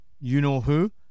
you-know-who